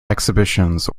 exhibitions